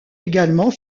également